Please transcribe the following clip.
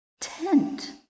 tent